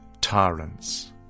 tyrants